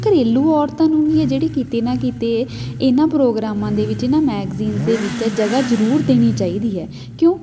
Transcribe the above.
ਘਰੇਲੂ ਔਰਤਾਂ ਨੂੰ ਵੀ ਹੈ ਜਿਹੜੀ ਕਿਤੇ ਨਾ ਕਿਤੇ ਇਹਨਾਂ ਪ੍ਰੋਗਰਾਮਾਂ ਦੇ ਵਿੱਚ ਨਾ ਮੈਗਜ਼ੀਨਸ ਦੇ ਵਿੱਚ ਜਗ੍ਹਾ ਜ਼ਰੂਰ ਦੇਣੀ ਚਾਹੀਦੀ ਹੈ ਕਿਉਂ